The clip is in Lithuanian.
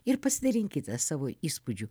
ir pasidalinkite savo įspūdžiu